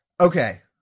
Okay